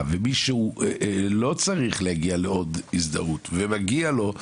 ומי שלא צריך להגיע לעוד הזדהות ומגיע לו,